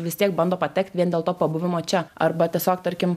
vis tiek bando patekt vien dėl to pabuvimo čia arba tiesiog tarkim